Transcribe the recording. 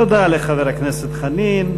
תודה לחבר הכנסת חנין.